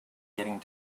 getting